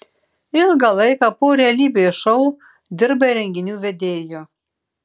ilgą laiką po realybės šou dirbai renginių vedėju